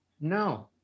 No